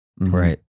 Right